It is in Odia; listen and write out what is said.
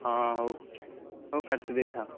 ହଁ ହଉ ହଉ କାଟି ଦେଇଥାଅ